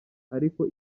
ariko